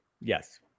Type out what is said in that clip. Yes